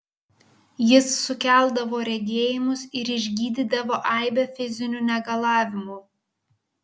jis sukeldavo regėjimus ir išgydydavo aibę fizinių negalavimų